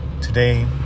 Today